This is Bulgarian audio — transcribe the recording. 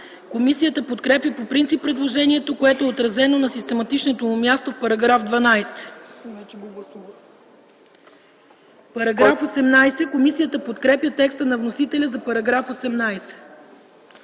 Комисията подкрепя по принцип предложението, което е отразено на систематичното му място в § 12. Комисията подкрепя текста на вносителя за § 18,